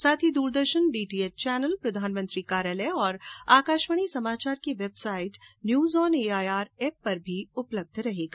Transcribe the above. साथ ही ये द्रदर्शन डीटीएच चैनल प्रधानमंत्री कार्यालय और आकाशवाणी समाचार की website news on AIR app पर भी उपलब्ध रहेगा